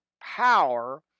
power